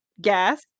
gas